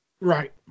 Right